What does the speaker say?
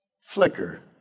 flicker